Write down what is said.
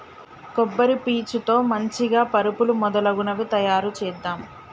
కొబ్బరి పీచు తో మంచిగ పరుపులు మొదలగునవి తాయారు చేద్దాం